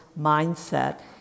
mindset